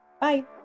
Bye